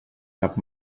cap